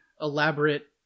elaborate